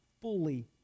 fully